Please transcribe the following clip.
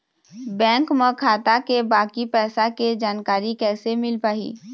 Bank म खाता के बाकी पैसा के जानकारी कैसे मिल पाही?